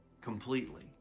completely